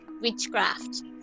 witchcraft